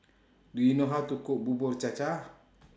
Do YOU know How to Cook Bubur Cha Cha